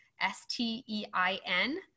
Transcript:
S-T-E-I-N